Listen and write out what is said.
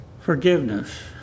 forgiveness